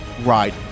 right